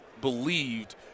believed